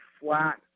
flat